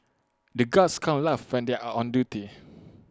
the guards can't laugh when they are on duty